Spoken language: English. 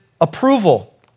approval